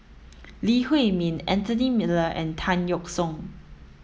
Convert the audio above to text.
Lee Huei Min Anthony Miller and Tan Yeok Seong